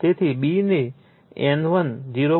તેથી B ને N1 0